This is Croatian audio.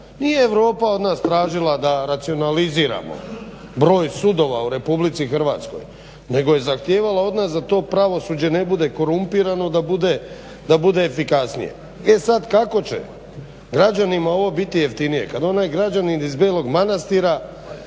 Nije Europa od nas tražila da racionaliziramo broj sudova u RH nego je zahtijevala od nas da to pravosuđe ne bude korumpirano da bude efikasnije. E sada kako će ovo građanima biti jeftinije kada onaj građanin iz Belog Manastira